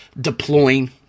deploying